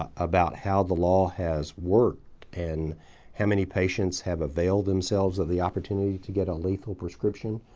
ah about how the law has worked and how many patients have availed themselves of the opportunity to get a lethal prescription,